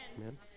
Amen